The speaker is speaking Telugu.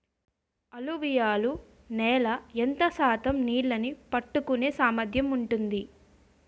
అలువియలు నేల ఎంత శాతం నీళ్ళని పట్టుకొనే సామర్థ్యం ఉంటుంది?